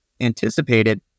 anticipated